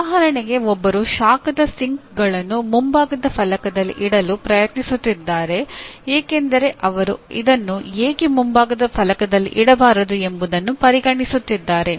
ಉದಾಹರಣೆಗೆ ಒಬ್ಬರು ಶಾಖದ ಸಿಂಕ್ಗಳನ್ನು ಮುಂಭಾಗದ ಫಲಕದಲ್ಲಿ ಇಡಲು ಪ್ರಯತ್ನಿಸುತ್ತಿದ್ದಾರೆ ಏಕೆಂದರೆ ಅವರು ಇದನ್ನು ಏಕೆ ಮುಂಭಾಗದ ಫಲಕದಲ್ಲಿ ಇಡಬಾರದು ಎಂಬುದನ್ನು ಪರಿಗಣಿಸುತ್ತಿದ್ದಾರೆ